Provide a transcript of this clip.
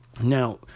Now